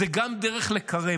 זו גם דרך לקרב.